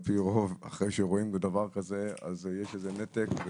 על פי רוב, אחרי שרואים דבר כזה יש איזה נתק,